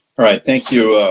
all right, thank you,